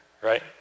right